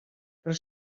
però